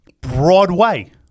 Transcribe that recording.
Broadway